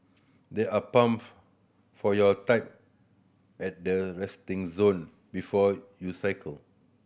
there are pumps for your type at the resting zone before you cycle